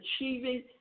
achieving